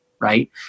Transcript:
right